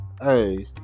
hey